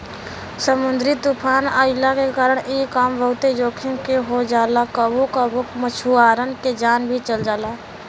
समुंदरी तूफ़ान अइला के कारण इ काम बहुते जोखिम के हो जाला कबो कबो मछुआरन के जान भी चल जाला